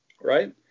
right